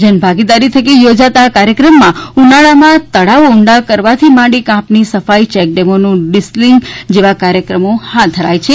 જનભાગીદારી થકી યોજાતા આ કાર્યક્રમમાં ઉનાળામાં તળાવો ઊંડા કરવાથી માંડીને કાંપની સફાઈ ચેકડેમોનું ડિસિલિંગ જેવા કામો હાથ ધરાય છે